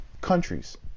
countries